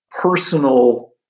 personal